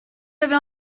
avez